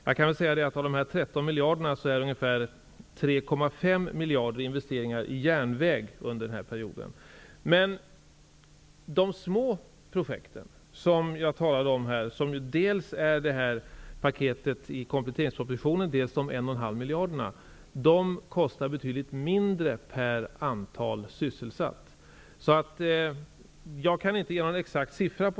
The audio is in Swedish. I fråga om järnvägsinvesteringar kostar varje årsarbetstillfälle miljarderna -- kostar betydligt mindre per sysselsatt. Men jag kan inte ange någon exakt siffra.